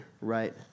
right